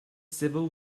civil